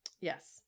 Yes